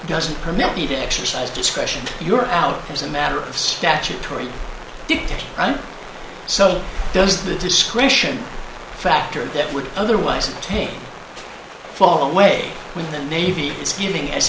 doesn't permit me to exercise discretion you are out as a matter of statutory so does the discretion factor that would otherwise take fall away when the navy is giving as